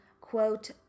quote